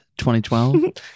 2012